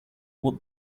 would